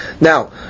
Now